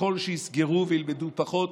וככל שיסגרו וילמדו פחות,